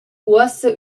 uossa